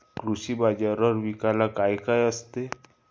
कृषी बाजारावर विकायला काय काय असते?